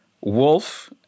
Wolf